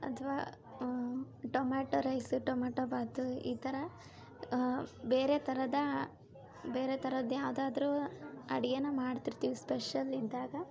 ಅಥವಾ tomato rice tomato bath ಈ ಥರ ಬೇರೆ ಥರದ ಬೇರೆ ಥರದೇ ಯಾವ್ದದರೂ ಅಡ್ಗೆನ ಮಾಡ್ತಿರ್ತೀವಿ ಸ್ಪೆಷಲ್ ಇದ್ದಾಗ